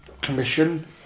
commission